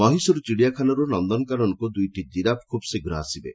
ମହୀଶୂର ଚିଡ଼ିଆଖାନାରୁ ନନକାନନକୁ ଦୁଇଟି ଜିରାଫ ଖୁବ୍ଶୀଘ୍ର ଆସିବେ